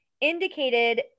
indicated